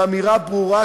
ואמירה ברורה,